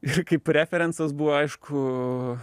ir kaip referencas buvo aišku